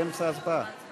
הוראת שעה) (תיקון מס'